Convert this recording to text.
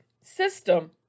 system